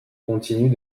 continue